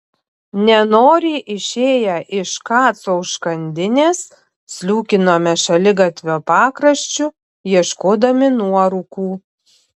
nenoriai išėję iš kaco užkandinės sliūkinome šaligatvio pakraščiu ieškodami nuorūkų